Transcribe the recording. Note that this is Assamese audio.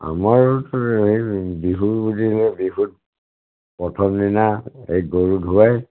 আমাৰ এই বিহু বুলিলে বিহুত প্ৰথম দিনা এই গৰু ধোৱাই